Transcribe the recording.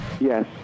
Yes